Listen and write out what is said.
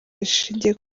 rishingiye